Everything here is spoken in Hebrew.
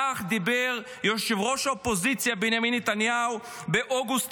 כך דיבר ראש האופוזיציה בנימין נתניהו באוגוסט